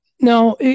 Now